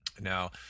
Now